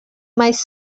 mais